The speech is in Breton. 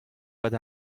pad